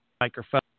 microphone